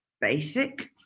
basic